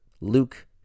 Luke